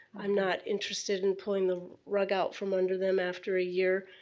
i'm not interested in pulling the rug out from under them after a year.